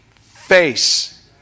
face